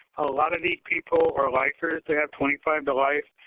a lot of these people are lifers. they have twenty five to life.